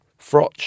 Frotch